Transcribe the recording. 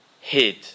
hid